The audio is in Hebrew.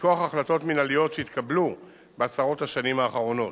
מכוח החלטות מינהליות שהתקבלו בעשרות השנים האחרונות.